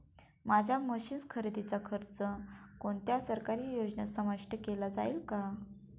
माझ्या मशीन्स खरेदीचा खर्च कोणत्या सरकारी योजनेत समाविष्ट केला जाईल का?